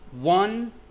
one